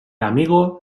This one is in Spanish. amigo